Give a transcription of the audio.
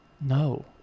No